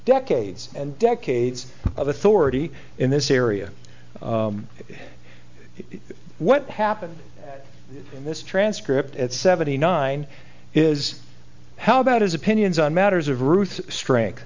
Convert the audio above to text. decades and decades of authority in this area what happened in this transcript at seventy nine is how about his opinions on matters of ruth strength